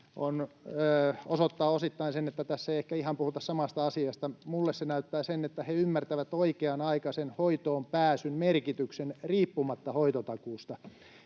osoittaa osittain sen, että tässä ei ehkä ihan puhuta samasta asiasta. Minulle se näyttää sen, että he ymmärtävät oikea-aikaisen hoitoonpääsyn merkityksen riippumatta hoitotakuusta.